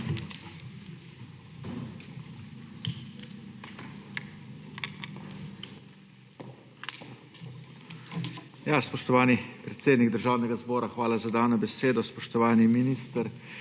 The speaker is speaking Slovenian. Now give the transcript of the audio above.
Spoštovani predsednik Državnega zbora, hvala za dano besedo. Spoštovani minister,